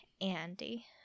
Andy